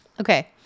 Okay